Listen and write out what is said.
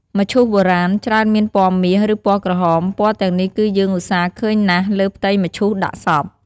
មឈូសបុរាណ ច្រើនមានពណ៌មាស ឬ ពណ៌ក្រហម ពណ៌ទាំងនេះគឺយើងឧស្សាហ៌ឃើញណាស់លើផ្ទៃមឈូសដាក់សព។